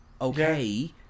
okay